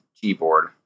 keyboard